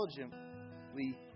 intelligently